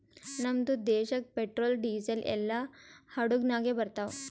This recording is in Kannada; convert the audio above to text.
ನಮ್ದು ದೇಶಾಗ್ ಪೆಟ್ರೋಲ್, ಡೀಸೆಲ್ ಎಲ್ಲಾ ಹಡುಗ್ ನಾಗೆ ಬರ್ತಾವ್